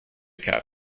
cap